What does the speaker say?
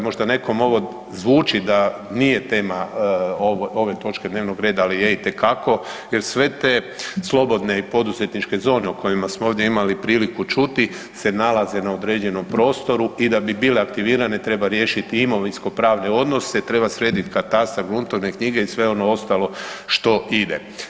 Možda nekom ovo zvuči da nije tema ove točke dnevnog reda, ali je itekako jer sve te slobodne i poduzetniče zone o kojima smo ovdje imali priliku čuti se nalaze na određenom prostoru i da bi bile aktivirane treba riješiti imovinskopravne odnose, treba srediti katastar, gruntovne knjige i sve ono ostalo što ide.